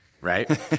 Right